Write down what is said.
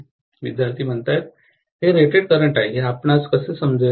विद्यार्थी हे rated current आहे हे आपणास कसे समजेल